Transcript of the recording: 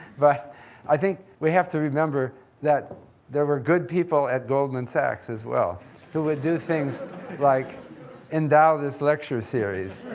but i think we have to remember that there were good people at goldman sachs as well who would do things like endow this lecture series.